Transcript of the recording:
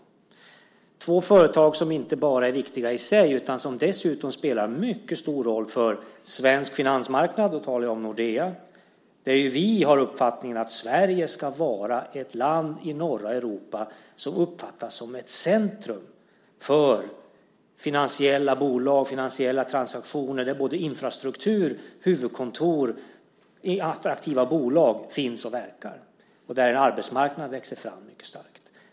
Det här är två företag som inte bara är viktiga i sig utan som dessutom spelar mycket stor roll för svensk finansmarknad - då talar jag om Nordea. Vi har uppfattningen att Sverige ska vara ett land i norra Europa som uppfattas som ett centrum för finansiella bolag och finansiella transaktioner där både infrastruktur och huvudkontor i attraktiva bolag finns och verkar och där en arbetsmarknad växer fram mycket starkt.